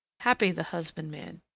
happy the husbandman.